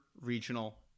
Regional